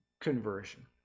conversion